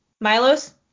Milos